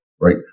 right